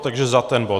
Takže za ten bod?